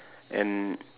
and